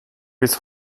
bis